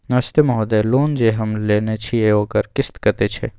नमस्ते महोदय, लोन जे हम लेने छिये ओकर किस्त कत्ते छै?